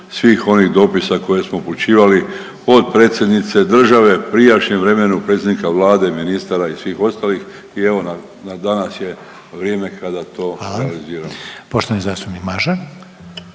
svih onih dopisa koje smo upućivali od predsjednice države u prijašnjem vremenu, predsjednika Vlade, ministara i svih ostalih i evo danas je vrijeme kada to realiziramo. **Reiner,